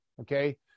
Okay